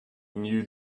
knew